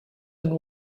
and